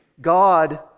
God